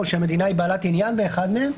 או שהמדינה היא בעלת עניין באחד מהם,